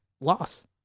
loss